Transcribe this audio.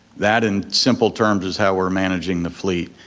that, in simple terms, is how we're managing the fleet.